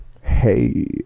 Hey